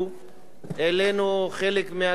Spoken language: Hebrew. העלינו חלק מהקצבאות